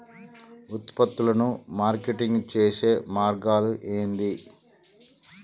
ఉత్పత్తులను మార్కెటింగ్ చేసే మార్గాలు ఏంది?